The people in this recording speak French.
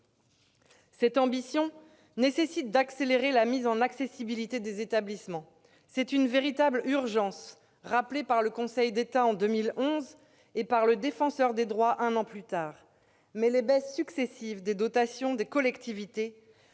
Cette ambition nécessite d'accélérer la mise en accessibilité des établissements. C'est une véritable urgence, rappelée par le Conseil d'État en 2011 et par le Défenseur des droits un an plus tard. Mais les baisses successives des dotations des collectivités